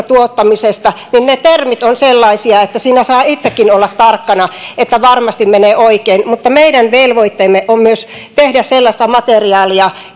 tuottamisesta niin ne termit ovat sellaisia että siinä saa itsekin olla tarkkana että varmasti menee oikein mutta meidän velvoitteemme on myös tehdä sellaista materiaalia